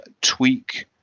tweak